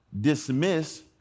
dismiss